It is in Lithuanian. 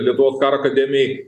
lietuvos karo akademijoj